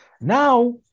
Now